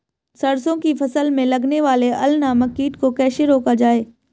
सरसों की फसल में लगने वाले अल नामक कीट को कैसे रोका जाए?